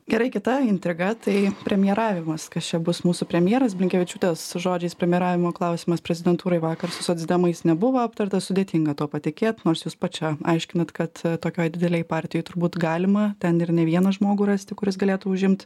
gerai kita intriga tai premjeravimas kas čia bus mūsų premjeras blinkevičiūtės žodžiais premjeravimo klausimas prezidentūroj vakar su socdemais nebuvo aptartas sudėtinga tuo patikėti nors jūs pats čia aiškinat kad tokioj didelėj partijoj turbūt galima ten ir ne vieną žmogų rasti kuris galėtų užimt